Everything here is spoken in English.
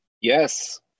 Yes